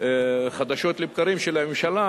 חדשות לבקרים, של הממשלה,